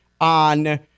on